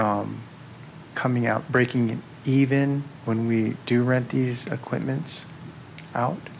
coming out breaking even when we do read these equipments out